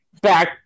back